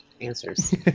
answers